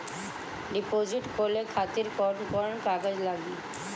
Deposit खोले खातिर कौन कौन कागज लागी?